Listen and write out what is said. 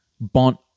Bont